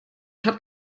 hat